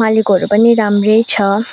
मालिकहरू पनि राम्रै छ